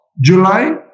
July